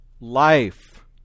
life